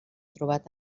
trobat